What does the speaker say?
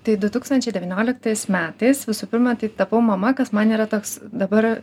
tai du tūkstančiai devynioliktais metais visų pirma tai tapau mama kas man yra toks dabar